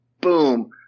Boom